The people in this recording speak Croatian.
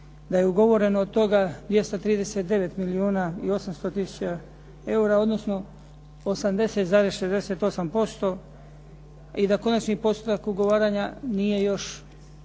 da je ugovoreno od toga 239 milijuna i 800 tisuća eura, odnosno 80,68% i da konačni postotak ugovaranja nije još završen